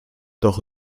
doch